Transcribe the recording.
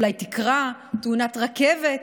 אולי תקרה תאונת רכבת,